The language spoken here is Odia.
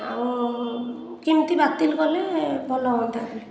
ଆଉ କେମିତି ବାତିଲ୍ କଲେ ଭଲ ହୁଅନ୍ତା